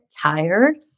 tired